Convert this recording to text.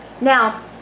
Now